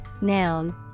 noun